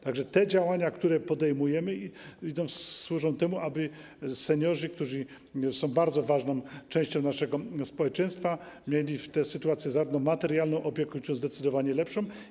Te działania, które podejmujemy, służą temu, aby seniorzy, którzy są bardzo ważną częścią naszego społeczeństwa, mieli sytuację materialną, opiekuńczą zdecydowanie lepszą.